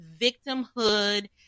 victimhood